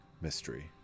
mystery